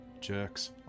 jerks